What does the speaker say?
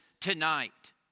tonight